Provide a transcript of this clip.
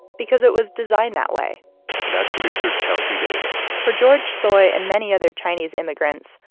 because it was designed that way that's producer chelsea davis for george tsui and many other chinese immigrants,